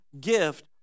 gift